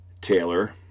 taylor